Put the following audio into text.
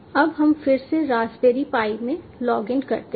अब हम फिर से रास्पबेरी पाई में लॉग इन करते हैं